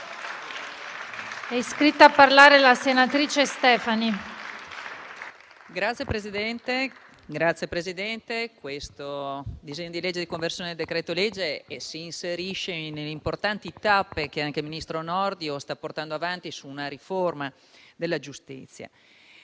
ha facoltà. STEFANI *(LSP-PSd'Az)*. Signor Presidente, questo disegno di legge di conversione del decreto-legge si inserisce nelle importanti tappe che anche il ministro Nordio sta portando avanti per una riforma della giustizia.